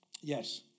yes